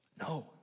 no